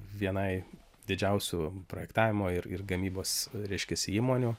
vienai didžiausių projektavimo ir ir gamybos reiškiasi įmonių